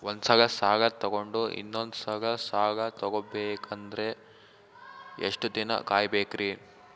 ಒಂದ್ಸಲ ಸಾಲ ತಗೊಂಡು ಇನ್ನೊಂದ್ ಸಲ ಸಾಲ ತಗೊಬೇಕಂದ್ರೆ ಎಷ್ಟ್ ದಿನ ಕಾಯ್ಬೇಕ್ರಿ?